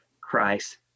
Christ